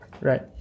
right